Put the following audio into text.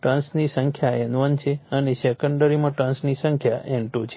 ટર્ન્સની સંખ્યા N1 છે અને સેકન્ડરીમાં ટર્ન્સની સંખ્યા N2 છે